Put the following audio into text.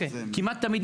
כמעט תמיד,